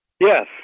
Yes